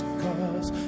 cause